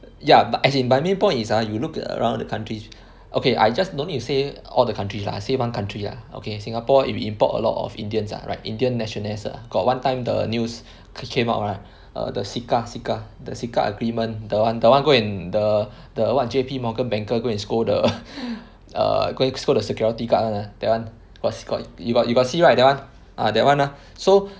ya but as in my main point is ah you look around the countries okay I just don't need to say all the country lah say one country lah okay Singapore you import a lot of Indians ya like Indian nationals ah got one time the news came out right err the sikha sikha the sikha agreement the one the one go and the the one J_P Morgan banker go and scold the err go and scold the security guard [one] lah that one cause you got you got you got see right that one that one lah so